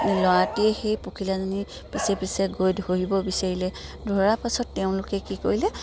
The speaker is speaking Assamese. ল'ৰাটিয়ে সেই পখিলাজনী পিছে পিছে গৈ ধৰিব বিচাৰিলে ধৰা পাছত তেওঁলোকে কি কৰিলে